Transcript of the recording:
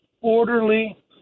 orderly